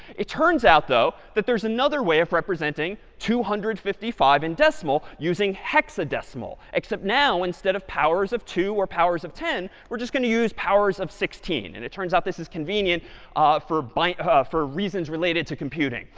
it turns out, though, that there's another way of representing two hundred and fifty five in decimal using hexadecimal, except now instead of powers of two or powers of ten, we're just going to use powers of sixteen. and it turns out this is convenient for but for reasons related to computing.